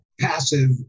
passive